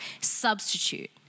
substitute